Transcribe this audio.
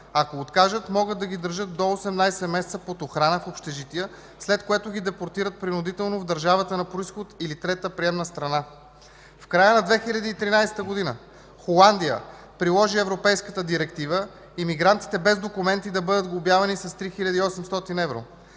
Ако откажат, могат да ги държат до 18 месеца под охрана в общежития, след което ги депортират принудително в държавата на произход или трета приемна страна. В края на 2013 г. Холандия приложи Европейската директива – имигрантите без документи да бъдат глобявани с 3800 евро.